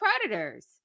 predators